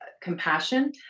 compassion